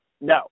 No